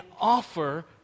offer